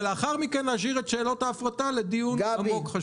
ולאחר מכן להשאיר את שאלות ההפרטה לדיון עמוק וחשוב.